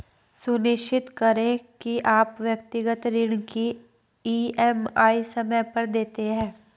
सुनिश्चित करें की आप व्यक्तिगत ऋण की ई.एम.आई समय पर देते हैं